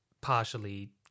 partially